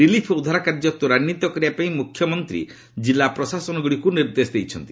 relief ଓ ଉଦ୍ଧାର କାର୍ଯ୍ୟ ତ୍ୱରାନ୍ଧିତ କରିବା ପାଇଁ ମୁଖ୍ୟମନ୍ତ୍ରୀ ଜିଲ୍ଲା ପ୍ରଶାସନଗୁଡ଼ିକୁ ନିର୍ଦ୍ଦେଶ ଦେଇଛନ୍ତି